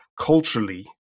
culturally